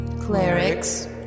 Clerics